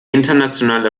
internationale